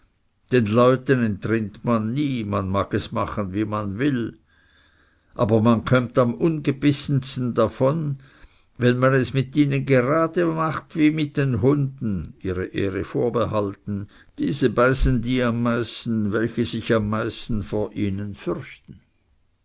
den leuten entrinnt man nie man mag es machen wie man will aber man kömmt am ungebissensten davon wenn man es mit ihnen gerade macht wie mit den hunden ihre ehre vorbehalten diese beißen die am meisten welche sich am meisten vor ihnen fürchten